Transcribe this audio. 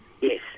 Yes